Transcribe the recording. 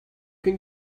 can